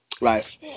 life